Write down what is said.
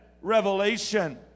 revelation